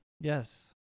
Yes